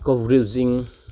ꯀꯣꯕ꯭ꯔꯤꯖꯤꯡ